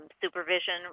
supervision